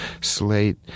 Slate